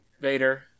Vader